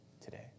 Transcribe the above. today